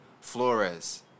Flores